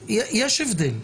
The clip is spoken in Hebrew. הבדל.